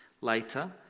Later